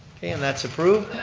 okay and that's approved.